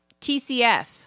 TCF